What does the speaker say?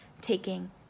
taking